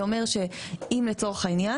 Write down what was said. אם לצורך העניין,